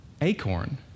acorn